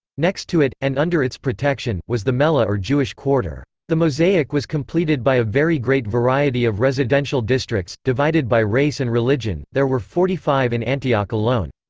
next to it, and under its protection, was the mellah or jewish quarter. the mosaic was completed by a very great variety of residential districts, divided by race and religion there were forty-five in antioch alone.